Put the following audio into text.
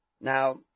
Now